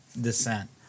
descent